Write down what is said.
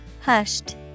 Hushed